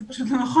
זה פשוט לא נכון,